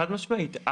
חד משמעית.